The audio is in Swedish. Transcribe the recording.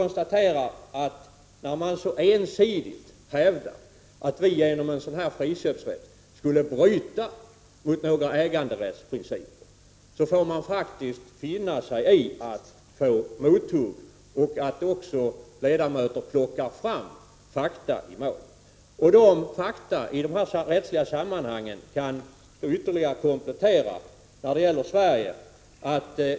När man så ensidigt hävdar att vi genom en friköpsrätt skulle bryta mot någon äganderättsprincip får man faktiskt finna sig i att få mothugg och att ledamöter plockar fram fakta i målet. Dessa fakta kan i det rättsliga sammanhanget kompletteras med de bestämmelser som gäller i Sverige.